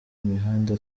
imihanda